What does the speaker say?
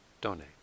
donate